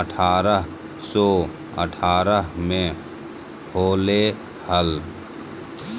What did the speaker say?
अठारह सौ अठारह में होले हल